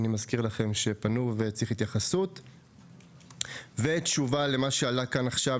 אני מזכיר לכם שהם פנו ושצריך התייחסות; ותשובה למה שעלה כאן עכשיו,